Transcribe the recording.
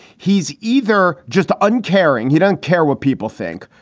he's either just uncaring. he don't care what people think.